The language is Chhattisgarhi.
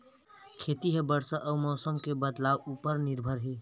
खेती हा बरसा अउ मौसम के बदलाव उपर निर्भर हे